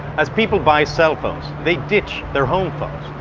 as people buy cell phones, they ditch their home phones.